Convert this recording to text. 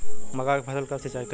मका के फ़सल कब सिंचाई करी?